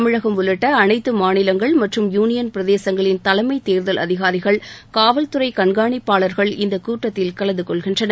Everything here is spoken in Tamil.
தமிழகம் உள்ளிட்ட அனைத்து மாநிலங்கள் மற்றும் யூனியன் பிரதேசங்களின் தலைமைத் தேர்தல் அதிகாரிகள் காவல்துறை கண்காணிப்பாளர்கள் இந்தக் கூட்டத்தில் கலந்து கொள்கின்றனர்